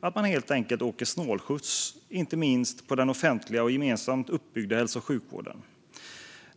Man åker helt enkelt snålskjuts, inte minst på den offentliga och gemensamt uppbyggda hälso och sjukvården.